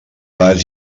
alls